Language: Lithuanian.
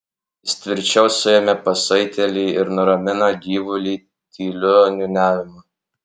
jis tvirčiau suėmė pasaitėlį ir nuramino gyvulį tyliu niūniavimu